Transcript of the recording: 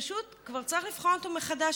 פשוט כבר צריך לבחון אותו מחדש.